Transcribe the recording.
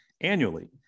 annually